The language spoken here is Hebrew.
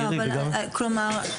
כלומר,